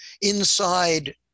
inside